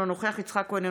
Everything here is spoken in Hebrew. אינו נוכח יצחק כהן,